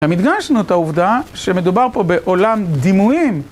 גם הדגשנו את העובדה שמדובר פה בעולם דימויים.